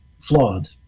flawed